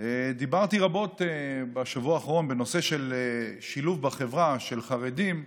דיברתי רבות בשבוע האחרון בנושא שילוב של חרדים בחברה.